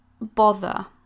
bother